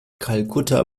kalkutta